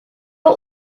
are